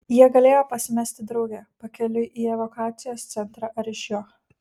jie galėjo pasimesti drauge pakeliui į evakuacijos centrą ar iš jo